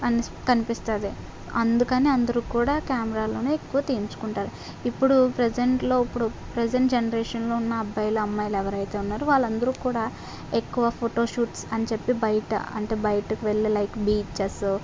కనీ కనిపిస్తుంది అందుకని అందరూ కూడా కెమెరాలోనే ఎక్కువ తీయించుకుంటారు ఇప్పుడు ప్రజెంట్లో ఇప్పుడు ప్రజెంట్ జనరేషన్లో ఉన్న అబ్బాయిలు అమ్మాయిలు ఎవరైతే ఉన్నారో వాళ్ళందరూ కూడా ఎక్కువ ఫోటో షూట్స్ అని చెప్పి బయట అంటే బయటకు వెళ్ళే లైక్ బీచెస్